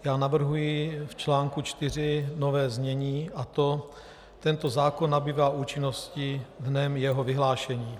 Já navrhuji v článku 4 nové znění, a to: Tento zákon nabývá účinnosti dnem jeho vyhlášení.